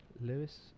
Lewis